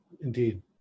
Indeed